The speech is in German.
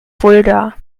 fulda